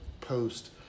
post